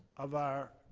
of our